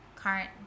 current